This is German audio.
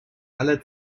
aller